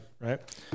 Right